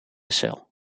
cel